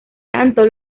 tanto